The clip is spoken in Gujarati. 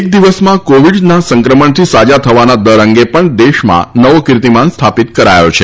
એક દિવસમાં કોવિડ સંક્રમણથી સાજા થવાના દર અંગે પણ દેશમાં એક નવો કિર્તિમાન સ્થાપિત કર્યો છે